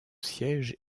siège